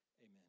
Amen